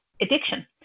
addiction